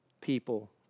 people